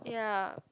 ya